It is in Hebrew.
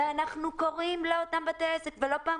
ואנחנו קוראים לאותם בתי עסק ולא פעם